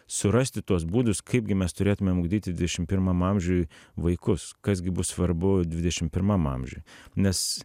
surasti tuos būdus kaipgi mes turėtumėm ugdyti dvidešim pirmam amžiuj vaikus kas gi bus svarbu dvidešim pirmam amžiuj nes